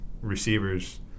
receivers